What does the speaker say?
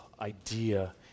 idea